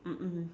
mm mm